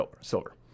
silver